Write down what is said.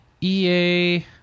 EA